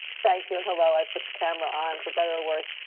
thank you and hello i put the camera on for better or worse.